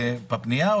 זה בפנייה?